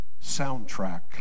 soundtrack